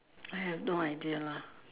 I have no idea lah